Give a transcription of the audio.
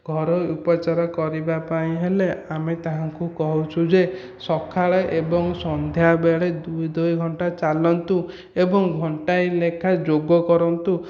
ଘରୋଇ ଉପଚାର କରିବାପାଇଁ ହେଲେ ଆମେ ତାହାଙ୍କୁ କହୁଛୁ ଯେ ସକାଳେ ଏବଂ ସନ୍ଧ୍ୟାବେଳେ ଦୁଇ ଦୁଇ ଘଣ୍ଟା ଚାଲନ୍ତୁ ଏବଂ ଘଣ୍ଟାଏ ଲେଖା ଯୋଗ କରନ୍ତୁ